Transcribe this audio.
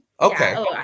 okay